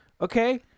Okay